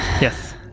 Yes